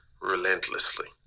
relentlessly